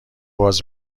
باز